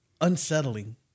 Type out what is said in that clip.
unsettling